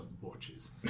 Watches